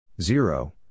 zero